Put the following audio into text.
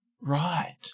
Right